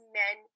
men